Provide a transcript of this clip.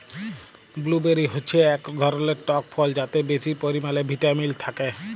blueberry হচ্যে এক ধরলের টক ফল যাতে বেশি পরিমালে ভিটামিল থাক্যে